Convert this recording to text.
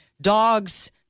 dogs